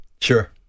Sure